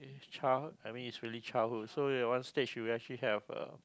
child I mean is really childhood so at one stage you actually have a